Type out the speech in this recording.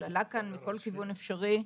אבל עלה כאן מכל כיוון אפשרי,